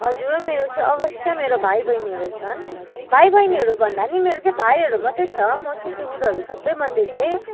हजुर मेरो चाहिँ अवश्य मेरो भाइबहिनीहरू छन् भाइबहिनीहरू भन्दा पनि मेरो चाहिँ भाइहरू मात्रै छ म चाहिँ त्यो उनीहरू सबैमध्ये चाहिँ